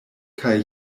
kaj